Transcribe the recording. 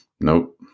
nope